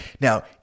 Now